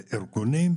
ארגונים,